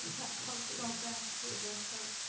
that close to going back to a dress code,